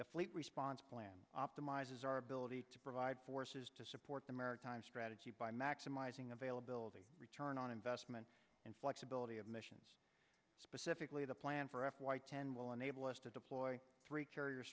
the fleet response plan optimize our ability to provide forces to support the maritime strategy by maximizing availability return on investment and flexibility of missions specifically the plan for f y ten will enable us to deploy three carrier